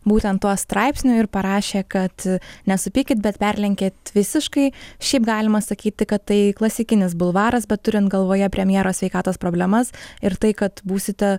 būtent tuo straipsniu ir parašė kad nesupykit bet perlenkėt visiškai šiaip galima sakyti kad tai klasikinis bulvaras bet turint galvoje premjero sveikatos problemas ir tai kad būsite